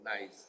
nice